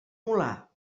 molar